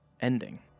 ending